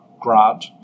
grant